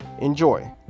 enjoy